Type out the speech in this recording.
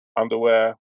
underwear